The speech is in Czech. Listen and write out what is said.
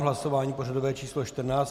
Hlasování pořadové číslo 14.